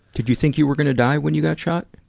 did you think you were gonna die when you got shot?